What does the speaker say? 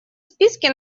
списке